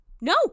No